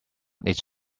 each